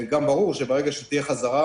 גם ברור שברגע שתהיה חזרה,